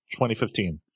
2015